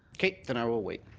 okay, then i will wait.